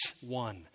one